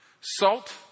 salt